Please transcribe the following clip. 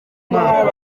umwaka